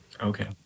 okay